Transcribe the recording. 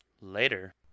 later